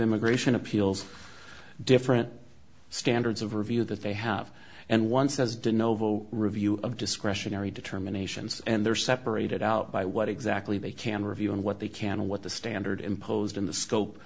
immigration appeals different standards of review that they have and once as did novo review of discretionary determinations and they're separated out by what exactly they can review and what they can what the standard imposed in the scope